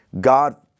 God